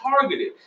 targeted